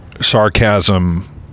sarcasm